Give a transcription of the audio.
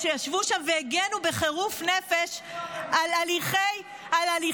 שישבו שם והגנו בחירוף נפש על הליכים,